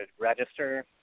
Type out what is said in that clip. register